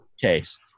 case